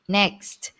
next